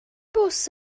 bws